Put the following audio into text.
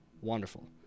wonderful